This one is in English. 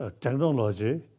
technology